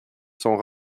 sont